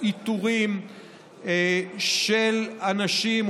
איתורים של אנשים,